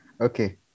Okay